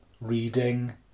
reading